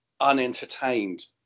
unentertained